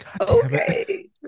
okay